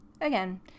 again